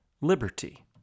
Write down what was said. liberty